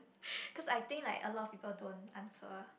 because I think like a lot of people don't answer